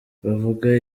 bavuga